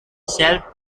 self